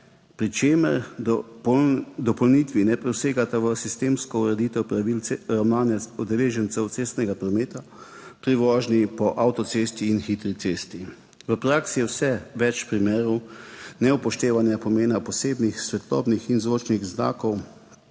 Pri čemer dopolnitvi ne posegata v sistemsko ureditev pravil ravnanja udeležencev cestnega prometa pri vožnji po avtocesti in hitri cesti. V praksi je vse več primerov neupoštevanja pomena posebnih svetlobnih in zvočnih znakov,